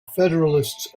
federalists